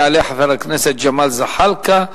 יעלה חבר הכנסת ג'מאל זחאלקה,